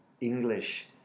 English